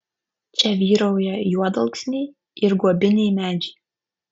čia vyrauja juodalksniai ir guobiniai medžiai